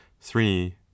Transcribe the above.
three